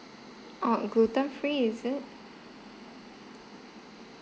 oh gluten free is it